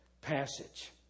passage